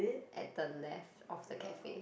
at the left of the cafe